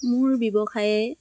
মোৰ ব্যৱসায়ে